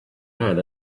man